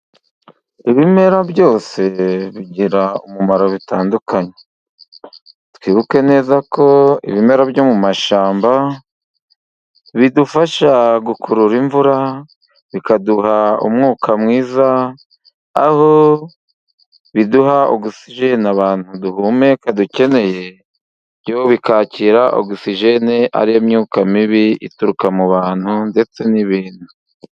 Ibimera byose bigira umumaro bitandukanye, twibuke neza ko ibimera byo mu mashyamba, bidufasha gukurura imvura bikaduha umwuka mwiza, aho biduha ugusijeni abantu duhumeka dukeneye, byo bikakira ogisijeni, ariyo myuka mibi ituruka mu bantu ndetse n'ibintu.